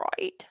Right